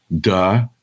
Duh